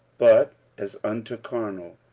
but as unto carnal,